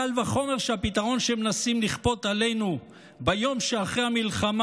קל וחומר שהפתרון של שתי מדינות שמנסים לכפות עלינו ביום שאחרי המלחמה,